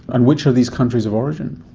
and which are these countries of origin?